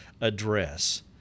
address